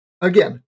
again